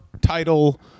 title